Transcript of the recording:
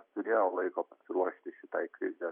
turėjo laiko pasiruošti šitai krizė